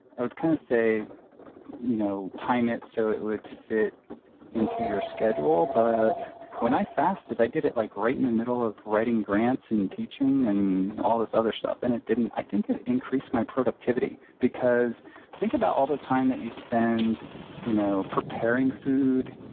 i would kind of say you know time it so it would fit into your schedule, but yeah when i fasted, i did it like right in the middle of writing grants and teaching and all this other stuff. and it didn't i think it increased my productivity because think about all the time that you spend you know preparing food,